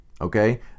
okay